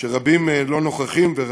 שרבים לא נוכחים בו,